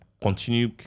continue